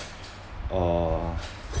err